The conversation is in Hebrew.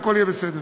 והכול יהיה בסדר.